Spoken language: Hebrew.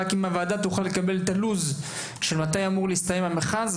אם הוועדה תוכל לקבל את לוח הזמנים מתי אמור להסתיים המכרז,